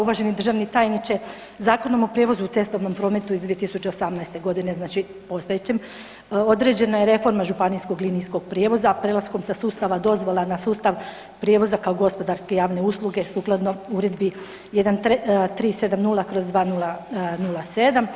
Uvaženi državni tajniče Zakonom o prijevozu u cestovnom prometu iz 2018. godine znači … [[ne razumije se]] određena je reforma županijskog linijskog prijevoza prelaskom sa sustava dozvola na sustav prijevoza kao gospodarske javne usluge sukladno Uredbi 1370/2007.